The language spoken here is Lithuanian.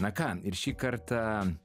na ką ir šį kartą